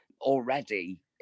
already